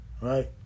right